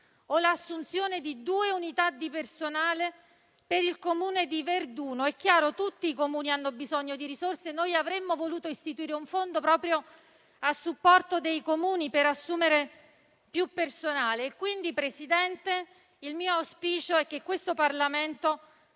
o l'assunzione di due unità di personale per il Comune di Verduno. È chiaro, tutti i Comuni hanno bisogno di risorse. Noi avremmo voluto istituire un fondo proprio a supporto dei Comuni, per assumere più personale. Signor Presidente, il mio auspicio è quindi che questo Parlamento